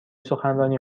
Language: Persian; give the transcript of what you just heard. سخنرانی